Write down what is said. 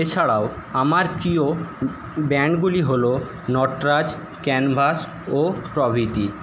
এছাড়াও আমার প্রিয় ব্র্যান্ডগুলি হলো নটরাজ ক্যানভাস ও প্রভৃতি